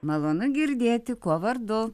malonu girdėti kuo vardu